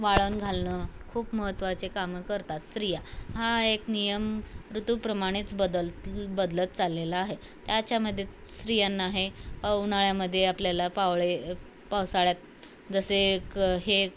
वाळण घालणं खूप महत्त्वाचे कामं करतात स्त्रिया हा एक नियम ऋतूप्रमाणेच बदलत बदलत चाललेला आहे त्याच्यामध्ये स्त्रियांना आहे उन्हाळ्यामध्ये आपल्याला पावळे पावसाळ्यात जसे क हे